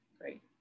great